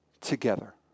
together